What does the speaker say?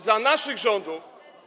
Za naszych rządów.